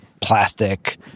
plastic